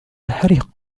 الحريق